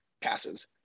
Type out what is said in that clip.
passes